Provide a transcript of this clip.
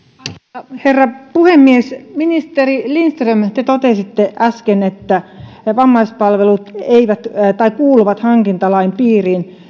arvoisa herra puhemies ministeri lindström te totesitte äsken että vammaispalvelut kuuluvat hankintalain piiriin